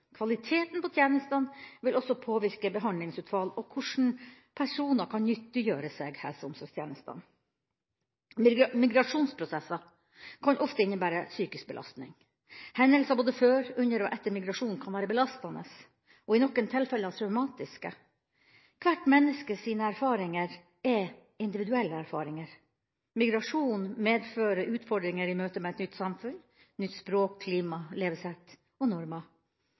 Kvaliteten på tjenestene vil også påvirke behandlingsutfall og hvordan personer kan nyttiggjøre seg helse- og omsorgstjenestene. Migrasjonsprosesser kan ofte innebære psykisk belastning. Hendelser – før, under og etter migrasjon – kan være belastende og i noen tilfeller traumatiske. Hvert menneskes erfaringer er individuelle erfaringer. Migrasjon medfører utfordringer i møtet med et nytt samfunn, nytt språk, nytt klima, nytt levesett og